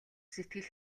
сэтгэл